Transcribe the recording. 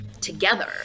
together